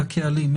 לקהלים,